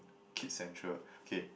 Kids Central okay